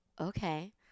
Okay